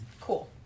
cool